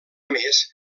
més